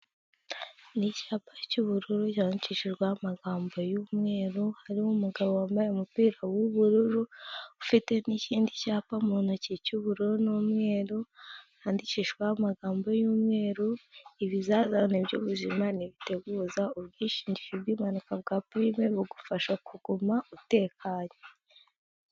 n'icyapa cy'ubururu yankishijweho amagambo y'umweru harimo umugabo wambaye umupira w'ubururu ufite n'ikindi cyapa mu ntoki cy'ubururu n'umweru yandikishwaho amagambo y'umweru ibizazane by'ubuzima nibiteguza ubwishingizi bw'impanuka bwa pinme bugufasha kuguma utekanye